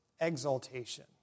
exaltation